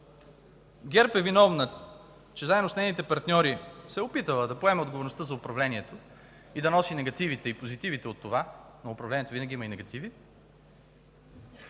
ГЕРБ е виновна, защото заедно с нейните партньори се е опитала да поеме отговорността за управлението и да носи позитивите и негативите за това, защото управлението винаги има и негативи;